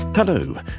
Hello